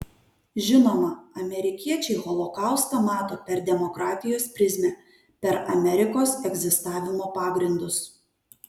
žinoma amerikiečiai holokaustą mato per demokratijos prizmę per amerikos egzistavimo pagrindus